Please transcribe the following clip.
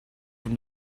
from